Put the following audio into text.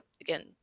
again